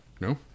No